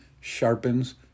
sharpens